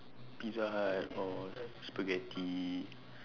pizza hut or spaghetti